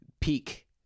peak